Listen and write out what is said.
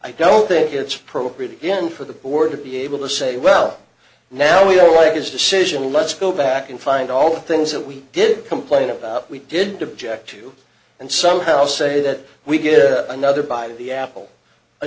i don't think it's appropriate again for the board to be able to say well now we don't like his decision let's go back and find all things that we did complain about we didn't object to and somehow say that we get another by the apple a